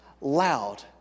loud